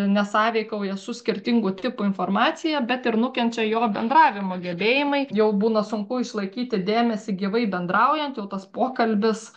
nesąveikauja su skirtingų tipų informacija bet ir nukenčia jo bendravimo gebėjimai jau būna sunku išlaikyti dėmesį gyvai bendraujant jau tas pokalbis